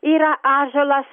yra ąžuolas